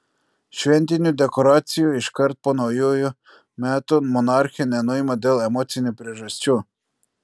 šventinių dekoracijų iškart po naujųjų metų monarchė nenuima dėl emocinių priežasčių